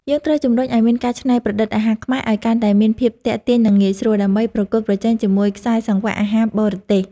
យើងត្រូវជំរុញឲ្យមានការច្នៃប្រឌិតអាហារខ្មែរឲ្យកាន់តែមានភាពទាក់ទាញនិងងាយស្រួល ដើម្បីប្រកួតប្រជែងជាមួយខ្សែសង្វាក់អាហារបរទេស។